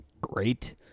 great